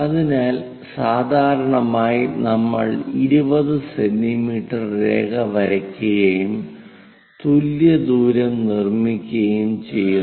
അതിനാൽ സാധാരണയായി നമ്മൾ 20 സെന്റീമീറ്റർ രേഖ വരയ്ക്കുകയും തുല്യ ദൂരം നിർമ്മിക്കുകയും ചെയ്യുന്നു